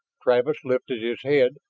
travis lifted his head,